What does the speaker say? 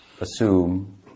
assume